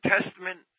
Testament